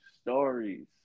stories